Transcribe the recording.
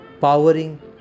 powering